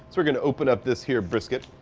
we're gonna open up this here brisket.